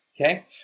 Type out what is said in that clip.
Okay